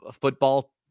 football